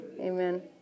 Amen